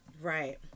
Right